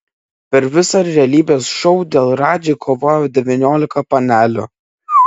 per visą realybės šou dėl radži kovojo devyniolika panelių